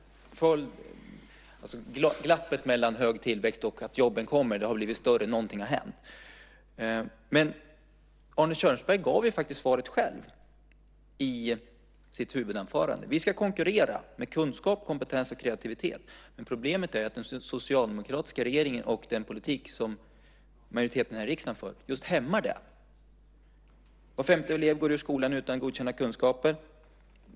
Glappet mellan hög tillväxt och detta med att jobben kommer har blivit större - någonting har hänt. Arne Kjörnsberg gav faktiskt själv svaret i sitt huvudanförande: Vi ska konkurrera med kunskap, kompetens och kreativitet. Men problemet är att den socialdemokratiska regeringen och den politik som majoriteten här för hämmar detta. Var femte elev går ut skolan utan godkända kunskaper.